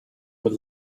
with